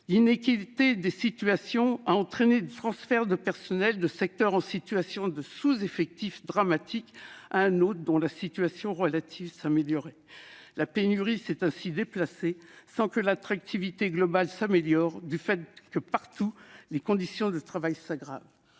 L'iniquité des situations a entraîné des transferts de personnel de secteurs en situation de sous-effectif dramatique vers d'autres dont la situation relative s'améliorait. La pénurie s'est ainsi déplacée, sans que l'attractivité globale s'améliore, parce que les conditions de travail se dégradent